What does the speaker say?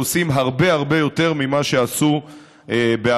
עושים הרבה הרבה יותר ממה שעשו בעבר.